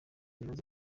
ibibazo